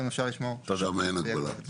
שם אין הגבלה.